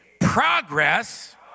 progress